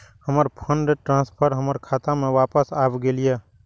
हमर fund transfer हमर खाता में वापस आब गेल या